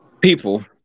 people